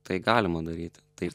tai galima daryti tai